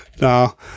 No